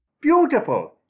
Beautiful